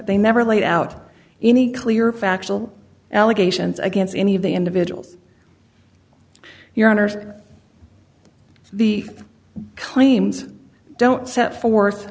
they never laid out any clear factual allegations against any of the individuals your honor the claims don't set forth